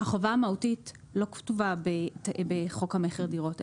החובה המהותית לא כתובה בחוק המכר דירות,